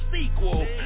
sequel